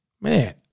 Man